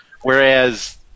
Whereas